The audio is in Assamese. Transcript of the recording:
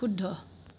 শুদ্ধ